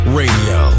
radio